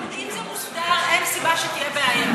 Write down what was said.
אם זה הוסדר, אין סיבה שתהיה בעיה.